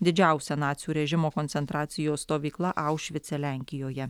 didžiausia nacių režimo koncentracijos stovykla aušvice lenkijoje